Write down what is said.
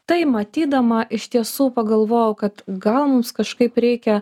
tai matydama iš tiesų pagalvojau kad gal mums kažkaip reikia